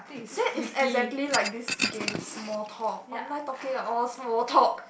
that is exactly like this game small talk online talking are all small talk